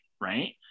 right